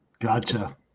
Gotcha